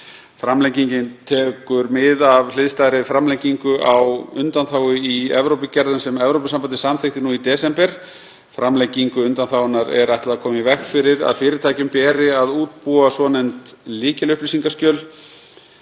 Framlengingin tekur mið af hliðstæðri framlengingu á undanþágu í Evrópugerðum sem Evrópusambandið samþykkti nú í desember. Framlengingu undanþágunnar er ætlað að koma í veg fyrir að fyrirtækjunum beri að útbúa svonefnd lykilupplýsingaskjöl,